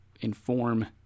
inform